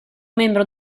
membro